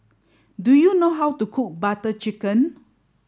do you know how to cook Butter Chicken